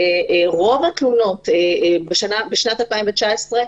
רוב התלונות בשנת 2019,